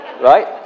right